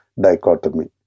dichotomy